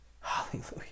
hallelujah